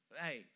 hey